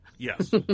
Yes